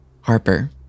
Harper